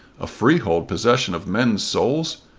a freehold possession of men's souls!